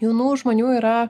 jaunų žmonių yra